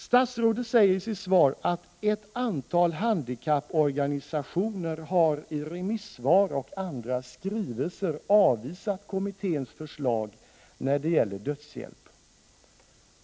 Statsrådet säger i sitt svar att ett antal handikapporganisationer i remissvar och andra skrivelser har avvisat kommitténs förslag när det gäller dödshjälp.